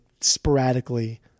sporadically